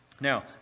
Now